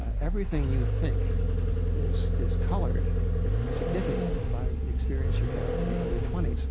everything you think is is colored significantly by the experience you had in your early twenty s.